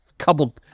couple